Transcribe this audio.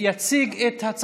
אני מציג את זה.